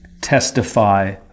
testify